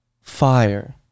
Fire